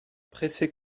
pressé